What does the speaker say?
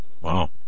Wow